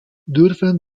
dürfen